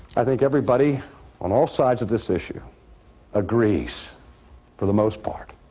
i think everybody on all sides of this issue agrees for the most part